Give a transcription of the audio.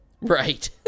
Right